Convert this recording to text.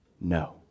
No